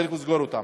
צריך לסגור אותם.